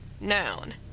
noun